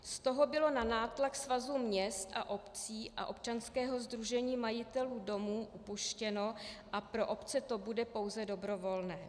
Od toho bylo na nátlak Svazu měst a obcí a Občanského sdružení majitelů domů upuštěno a pro obce to bude pouze dobrovolné.